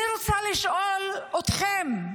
אני רוצה לשאול אתכם,